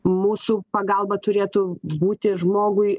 mūsų pagalba turėtų būti žmogui